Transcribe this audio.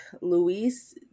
Luis